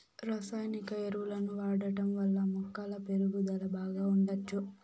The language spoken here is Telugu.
రసాయనిక ఎరువులను వాడటం వల్ల మొక్కల పెరుగుదల బాగా ఉండచ్చు